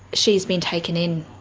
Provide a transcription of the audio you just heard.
she has been taken in.